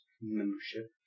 membership